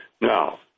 Now